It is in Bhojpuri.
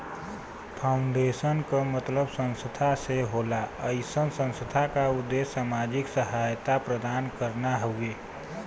फाउंडेशन क मतलब संस्था से होला अइसन संस्था क उद्देश्य सामाजिक सहायता प्रदान करना हउवे